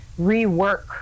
rework